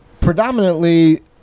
predominantly